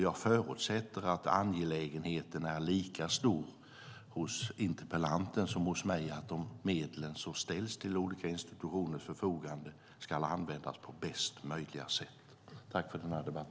Jag förutsätter att angelägenheten är lika stor hos interpellanten som hos mig för att de medel som ställs till olika institutioners förfogande ska användas på bästa möjliga sätt.